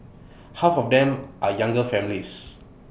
half of them are younger families